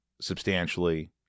substantially